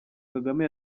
kagame